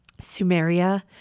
Sumeria